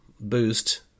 boost